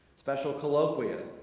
special colloquium,